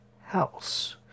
House